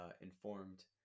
informed